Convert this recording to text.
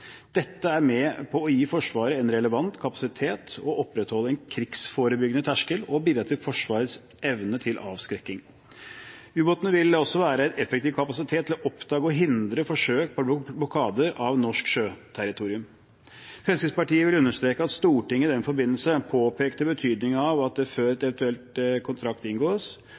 Dette er med på å gi Forsvaret en relevant kapasitet, opprettholde en krigsforebyggende terskel og bidra til Forsvarets evne til avskrekking. Ubåtene vil også være en effektiv kapasitet til å oppdage og hindre forsøk på blokade av norsk sjøterritorium. Fremskrittspartiet vil understreke at Stortinget i den forbindelse påpekte betydningen av at det før en eventuell kontrakt om anskaffelse inngås,